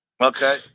Okay